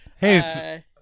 Hey